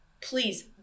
please